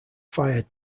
fired